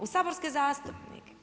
U saborske zastupnike.